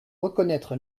reconnaître